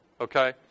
okay